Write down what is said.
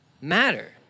matter